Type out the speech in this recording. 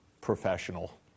professional